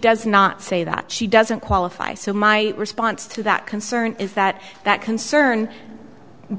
does not say that she doesn't qualify so my response to that concern is that that concern